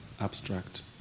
Abstract